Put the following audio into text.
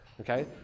okay